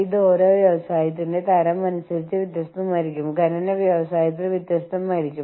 electronic വാണിജ്യവും ബിസിനസ്സിന്റെ അന്താരാഷ്ട്രവൽക്കരണത്തിലേക്ക് നയിച്ചു